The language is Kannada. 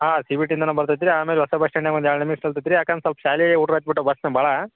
ಹಾಂ ಸಿಪಿಟಿಯಿಂದನು ಬರ್ತೈತಿ ರೀ ಆಮೇಲೆ ಹೊಸ ಬಸ್ ಸ್ಟ್ಯಾಂಡ್ನಾಗ ಒಂದು ಎರಡು ನಿಮಿಷ ನಿಲ್ತೈತಿ ರೀ ಯಾಕಂದ್ರೆ ಸೊಲ್ಪ ಶಾಲೆ ಹುಡ್ರ್ ಹತ್ತು ಬುಟ್ಟಾವ ಬಸ್ ತುಂಬ ಭಾಳ